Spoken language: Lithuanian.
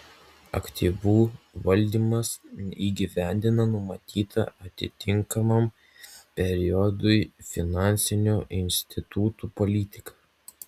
aktyvų valdymas įgyvendina numatytą atitinkamam periodui finansinių institutų politiką